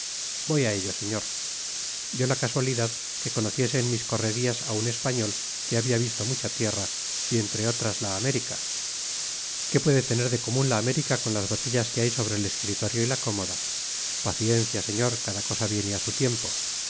voy á ello señor dió la casualidad que conociese en mis correrias á un español que habia visto mucha tierra y entre otras la américa que puede tener de comun la américa con las botellas que hay sobre el escritorio y la cómoda paciencia señor cada cosa viene á su tiempo